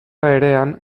berean